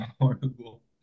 horrible